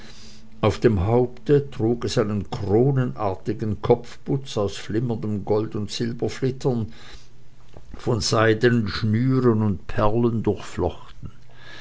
auf dem haupte trug es einen kronenartigen kopfputz aus flimmernden gold und silberflittern von seidenen schnüren und perlen